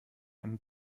einen